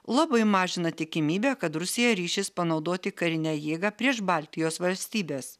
labai mažina tikimybę kad rusija ryšis panaudoti karinę jėgą prieš baltijos valstybes